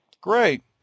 Great